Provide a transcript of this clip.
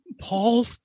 Paul